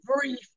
brief